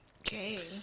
Okay